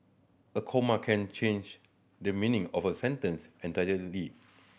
a comma can change the meaning of a sentence entirely